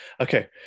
okay